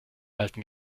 alten